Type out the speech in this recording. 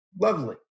lovely